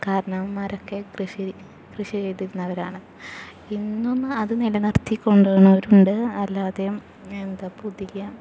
കാരണവന്മാരൊക്കെ കൃഷി കൃഷി ചെയ്തിരുന്നവരാണ് ഇന്നും അത് നിലനിർത്തിക്കൊണ്ടോണവരുണ്ട് അല്ലാതേയും എന്താ പുതിയ